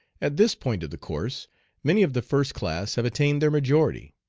at this point of the course many of the first-class have attained their majority.